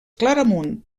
claramunt